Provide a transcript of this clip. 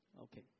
Okay